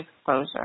exposure